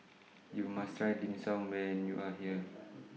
YOU must Try Dim Sum when YOU Are here